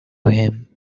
him